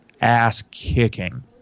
ass-kicking